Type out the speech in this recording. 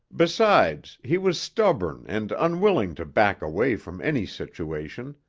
besides, he was stubborn and unwilling to back away from any situation.